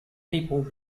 people